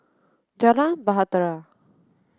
Jalan Bahtera